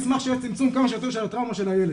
אני אשמח שיהיה צמצום כמה שיותר של הטראומה של הילד,